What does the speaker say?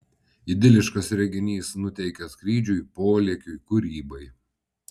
idiliškas reginys nuteikia skrydžiui polėkiui kūrybai